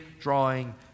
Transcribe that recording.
drawing